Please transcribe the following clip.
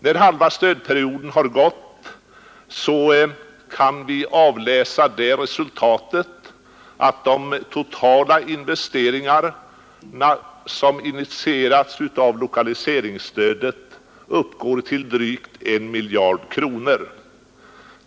När halva stödperioden har gått kan vi avläsa det resultatet att de totala investeringarna, som initierats av lokaliseringsstödet, uppgår till drygt 1 miljard kronor.